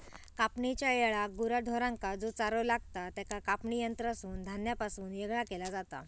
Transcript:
कापणेच्या येळाक गुरा ढोरांका जो चारो लागतां त्याका कापणी यंत्रासून धान्यापासून येगळा केला जाता